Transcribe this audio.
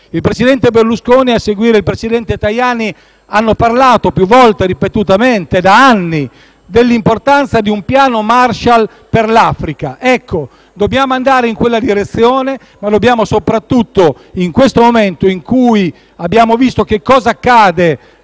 Il presidente Berlusconi e, a seguire, il presidente Tajani hanno parlato, ripetutamente, da anni, dell'importanza di un piano Marshall per l'Africa. Ecco, dobbiamo andare in quella direzione, soprattutto in questo momento, in cui abbiamo visto cosa è accaduto